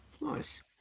Nice